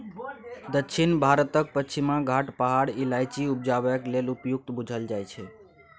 दक्षिण भारतक पछिमा घाट पहाड़ इलाइचीं उपजेबाक लेल उपयुक्त बुझल जाइ छै